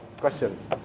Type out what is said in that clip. questions